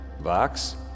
Vox